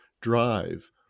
drive